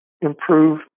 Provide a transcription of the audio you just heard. improve